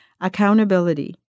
Accountability